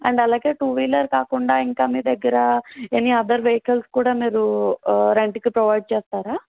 and అలాగే two wheeler కాకుండా ఇంకా మీ దగ్గర ఎనీ అదర్ వెహికల్స్ కూడా మీరు రెంట్కి ప్రొవైడ్ చేస్తారా